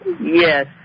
Yes